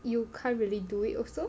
you can't really do it also